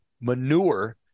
manure